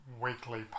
weekly